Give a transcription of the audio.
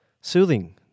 soothing